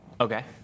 Okay